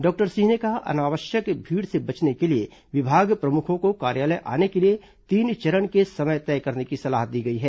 doctor Singh ने कहा कि अनावश्यक भीड़ से बचने के लिए विभाग प्रमुखों को कार्यालय आने के लिए तीन चरण के समय तय करने की सलाह दी गई है